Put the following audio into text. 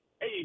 Hey